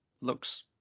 Looks